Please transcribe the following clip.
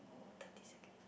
thirty second